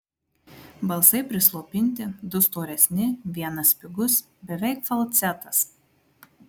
balsai prislopinti du storesni vienas spigus beveik falcetas